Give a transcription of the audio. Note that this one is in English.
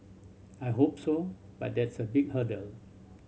I hope so but that's a big hurdle